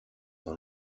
dans